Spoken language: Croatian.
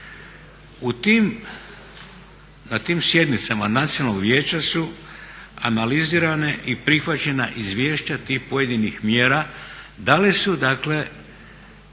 Na tim sjednicama Nacionalnog vijeća su analizirana i prihvaćena izvješća tih pojedinih mjera, dala su dakle